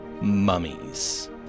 mummies